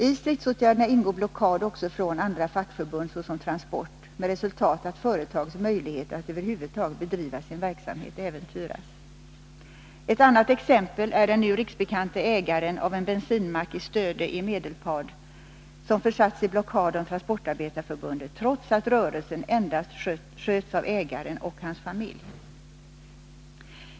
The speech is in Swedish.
I stridsåtgärderna ingår blockad också från andra fackförbund, såsom Transportarbetareförbundet, med resultat att företagets möjligheter att över huvud taget bedriva sin verksamhet äventyras. Ett annat exempel är den nu riksbekanta ägaren av en bensinmack i Stöde i Medelpad som försatts i blockad av Transportarbetareförbundet, trots att rörelsen endast sköts av ägaren och hans familj.